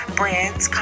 brands